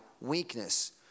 weakness